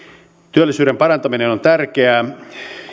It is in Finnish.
työllisyyden parantaminen on tärkeää